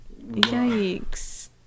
Yikes